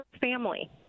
family